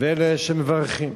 ואלה שמברכים.